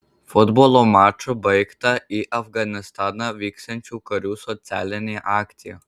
futbolo maču baigta į afganistaną vyksiančių karių socialinė akcija